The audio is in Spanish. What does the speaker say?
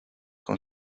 con